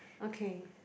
okay